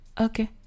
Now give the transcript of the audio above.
Okay